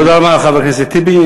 תודה רבה, חבר הכנסת טיבי.